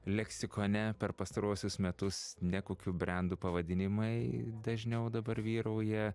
leksikone per pastaruosius metus ne kokių brendų pavadinimai dažniau dabar vyrauja